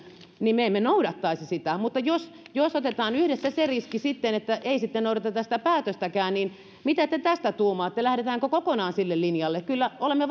niin me emme noudattaisi sitä mutta jos jos otetaan yhdessä se riski että ei sitten noudateta sitä päätöstäkään niin mitä te tästä tuumaatte lähdetäänkö kokonaan sille linjalle kyllä olemme